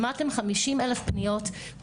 שמעתם 50 אלף פניות,